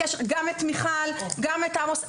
גם את מיכל ואת עמוס.